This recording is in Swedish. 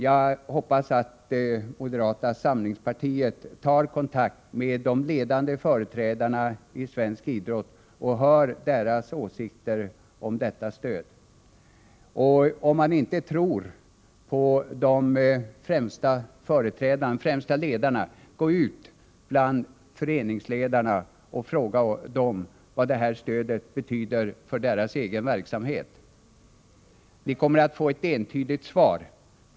Jag hoppas att moderata samlingspartiet tar kontakt med de ledande företrädarna för svensk idrott och hör deras åsikter om detta stöd. Och om man inte tror på de främsta ledarna — gå ut bland föreningsledarna och fråga dem vad det här stödet betyder för deras egen verksamhet! Ni kommer att få ett entydigt svar.